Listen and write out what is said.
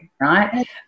right